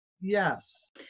Yes